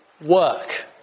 work